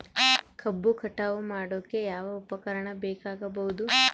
ಕಬ್ಬು ಕಟಾವು ಮಾಡೋಕೆ ಯಾವ ಉಪಕರಣ ಬೇಕಾಗಬಹುದು?